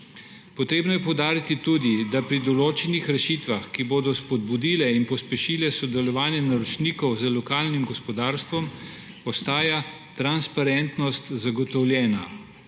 Potrebno je poudariti tudi, da pri določenih rešitvah, ki bodo spodbudile in pospešile sodelovanje naročnikov z lokalnim gospodarstvom, ostaja transparentnost zagotovljena.